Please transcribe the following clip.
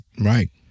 Right